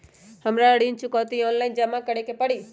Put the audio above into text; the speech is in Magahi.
हमरा ऋण चुकौती ऑनलाइन जमा करे के परी?